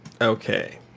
Okay